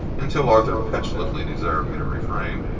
until arthur petulantly desired me to refrain,